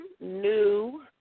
New